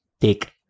take